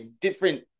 different